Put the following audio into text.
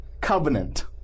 covenant